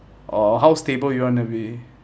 or how stable you want to be